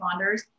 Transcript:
responders